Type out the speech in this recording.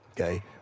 okay